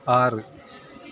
ആറ്